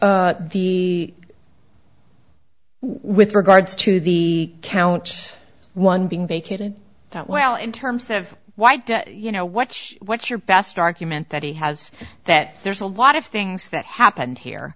final the with regards to the count one being vacated that well in terms of why do you know what's what's your best argument that he has that there's a lot of things that happened here